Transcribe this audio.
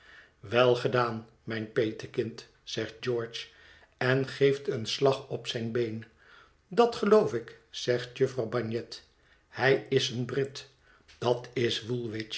wel gedaan mijn petekind zegt george en geeft een slag op zijn been dat geloof ik zegt jufvrouw bagnet hij is een brit dat is woolwich